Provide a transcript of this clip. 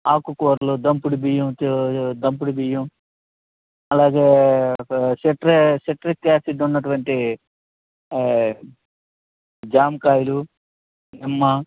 ఆకుకూరలు దంపుడు బియ్యం దంపుడు బియ్యం అలాగే సిట్రీ సిట్రిక్ ఆసిడ్ ఉన్నటువంటి ఆ జామకాయలు నిమ్మ